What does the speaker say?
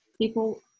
people